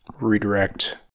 redirect